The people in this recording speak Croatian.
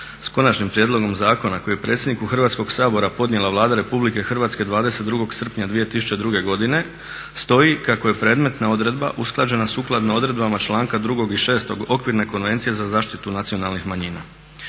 sa Konačnim prijedlogom Zakona koji je predsjedniku Hrvatskoga sabora podnijela Vlada Republike Hrvatske 22. srpnja 2002. godine stoji kako je predmetna odredba usklađena sukladno odredbama članka 2. i 6. Okvirne konvencije za zaštitu nacionalnih manjina.